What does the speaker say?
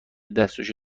دستشو